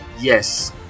Yes